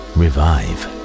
revive